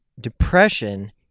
depression